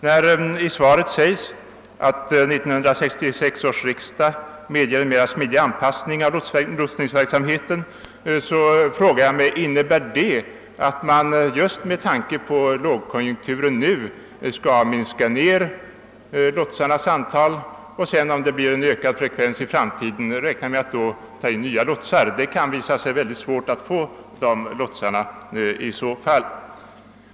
När det i svaret sägs att beslutet vid 1966 års riksdag medger en smidigare anpassning av lotsningsverksamheten, frågar jag mig om det innebär, att man just med tanke på lågkonjunkturen nu skall minska lotsarnas antal och sedan, om det blir en ökad frekvens i framtiden, räkna med att ta in nya lotsar. Det kan då visa sig bli svårt att få dessa lotsar.